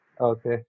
Okay